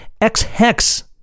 X-Hex